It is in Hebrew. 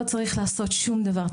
לא צריך לעשות שום דבר.